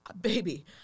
Baby